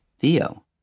Theo